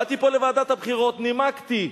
באתי פה לוועדת הבחירות ונימקתי,